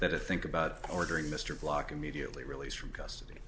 that i think about ordering mr clarke immediately released from custody